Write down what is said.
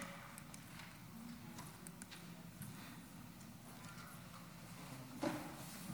חברת הכנסת לימור סון